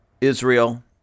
Israel